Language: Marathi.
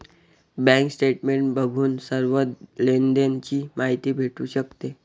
बँक स्टेटमेंट बघून सर्व लेनदेण ची माहिती भेटू शकते